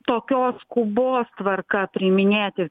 tokios skubos tvarka priiminėti